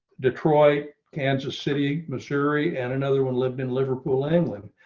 detroit kansas city, missouri, and another one lived in liverpool, england,